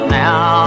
now